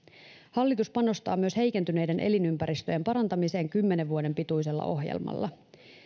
hallitus panostaa myös heikentyneiden elinympäristöjen parantamiseen kymmenen vuoden pituisella ohjelmalla